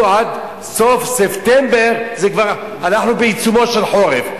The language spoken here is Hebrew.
עד סוף ספטמבר אנחנו בעיצומו של חורף.